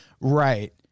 right